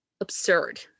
absurd